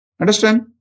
Understand